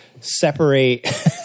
separate